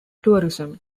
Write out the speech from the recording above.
tourism